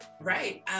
right